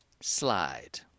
Slide